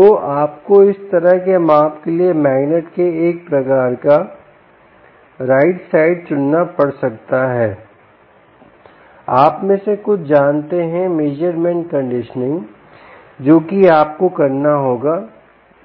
तो आपको इस तरह के माप लिए मैग्नेट के एक प्रकार का राइट साइड चुनना पड़ सकता हैआप में से कुछ जानते हैं मेजरमेंट कंडीशनिंग जो कि आपको करना होगा